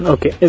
Okay